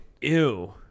Ew